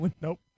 Nope